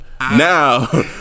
Now